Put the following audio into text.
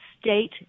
state